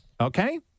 Okay